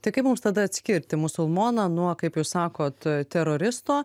tai kaip mums tada atskirti musulmoną nuo kaip jūs sakot teroristo